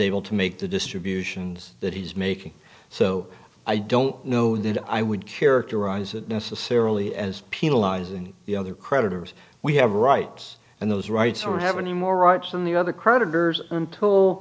able to make the distributions that he's making so i don't know that i would characterize it necessarily as penalizing the other creditors we have rights and those rights or have any more rights than the other creditors until